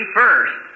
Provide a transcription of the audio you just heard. first